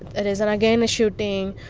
it isn't a game a shooting.